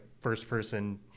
first-person